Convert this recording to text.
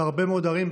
בהרבה מאוד ערים,